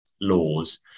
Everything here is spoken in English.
laws